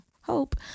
hope